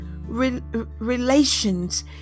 relations